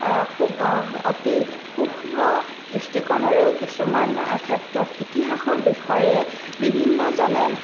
খুব অতি সুক্ষ্ম দৃষ্টিকোণেৰেও কিছুমান ক্ষেত্ৰত ইতিহাসৰ বিষয়ে বিভিন্নজনে